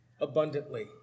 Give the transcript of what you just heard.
abundantly